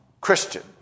Christian